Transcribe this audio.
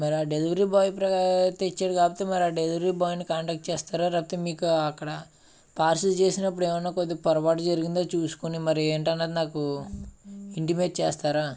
మరా delivery boy ప్ర తెచ్చిన్ కాబట్టి మరా డెలివరీ బాయ్ని కాంటాక్ట్ చేస్తారా లేకపోతే మీకా అక్కడ పార్సల్ చేసినప్పుడు ఏమన్నా కొద్దీ పొరపాటు జరిగిందో చూసుకొని మరి ఏంటన్నది నాకు ఇంటిమేట్ చేస్తారా